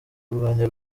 kurwanya